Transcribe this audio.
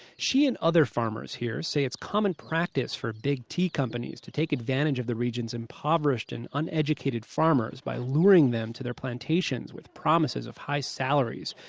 she and other farmers here say it's common practice for big tea companies to take advantage of the region's impoverished and uneducated farmers by luring them to their plantations with promises of high salaries,